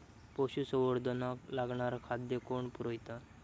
पशुसंवर्धनाक लागणारा खादय कोण पुरयता?